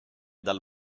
dal